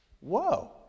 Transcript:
Whoa